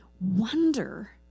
wonder